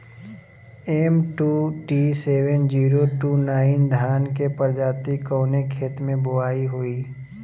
MUT seven zero two nine धान के प्रजाति कवने खेत मै बोआई होई?